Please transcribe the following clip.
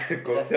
is that